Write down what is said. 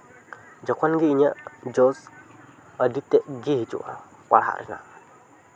ᱡᱚᱠᱷᱚᱱ ᱜᱮ ᱤᱧᱟᱹᱜ ᱡᱳᱥ ᱟᱹᱰᱤ ᱛᱮᱫ ᱜᱮ ᱦᱤᱡᱩᱜᱼᱟ ᱯᱟᱲᱦᱟᱜ ᱨᱮᱭᱟᱜ